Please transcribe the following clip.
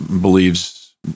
believes